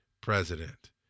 president